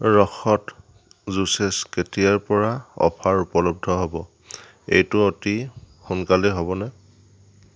ৰসত জুচেছ কেতিয়াৰপৰা অফাৰ উপলব্ধ হ'ব এইটো অতি সোনকালেই হ'বনে